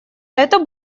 это